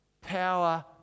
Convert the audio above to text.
power